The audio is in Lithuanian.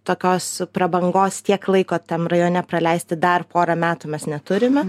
tokios prabangos tiek laiko tam rajone praleisti dar porą metų mes neturime